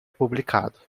publicado